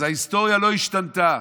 אז ההיסטוריה לא השתנתה.